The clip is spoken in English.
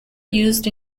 used